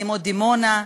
כמו דימונה,